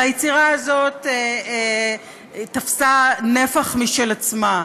הרי היצירה הזאת תפסה נפח משל עצמה,